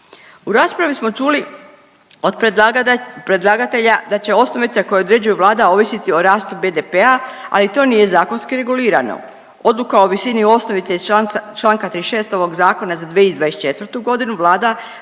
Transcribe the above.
U raspravi smo čuli od predlagatelja da će osnovica koju određuje Vlada ovisiti o rastu BDP-a, ali to nije zakonski regulirano. Odluka o visini osnovice iz čl. 36. ovog zakona za 2024.g. Vlada